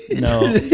No